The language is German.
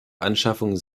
anschaffung